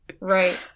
Right